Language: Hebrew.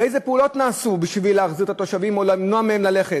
ואיזה פעולות נעשו בשביל להחזיר את התושבים או למנוע מהם ללכת,